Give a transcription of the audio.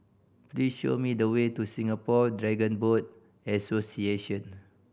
please show me the way to Singapore Dragon Boat Association